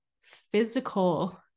physical